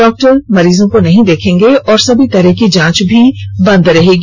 doctor मरीजों को नहीं देखेंगे और सभी तरह की जांच भी बंद रहेगी